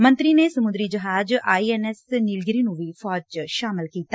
ਮੰਤਰੀ ਨੇ ਸਮੁੰਦਰੀ ਜਹਾਜ ਨਿਲਗਿਰੀ ਨੁੰ ਵੀ ਫੌਜ ਚ ਸ਼ਾਮਲ ਕੀਤਾ